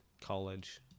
college